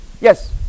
Yes